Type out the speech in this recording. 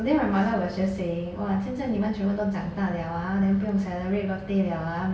today my mother was just saying !wah! 现在你们全部都长大 liao ah then 不用 celebrate birthday liao ah